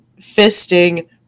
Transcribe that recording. fisting